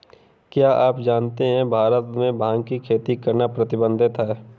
क्या आप जानते है भारत में भांग की खेती करना प्रतिबंधित है?